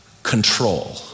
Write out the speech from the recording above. control